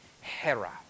Hera